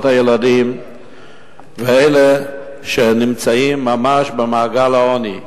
הילדים ואלה שנמצאים ממש במעגל העוני,